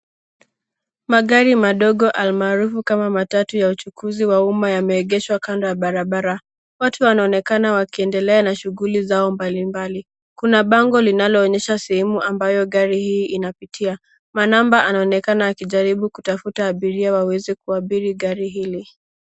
Magari madogo almaarufu kama matatu ya uchukuzi wa umma yameegeshwa kando ya barabara. Watu wanaonekana wakiendelea na shughuli zao mbalimbali Kuna bango linaloonyesha sehemu ambayo gari hii linapitia. Manamba anaonekana akijaribu kutafuta abiria waweze kuabiri gari hili.